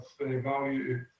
value